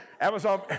Amazon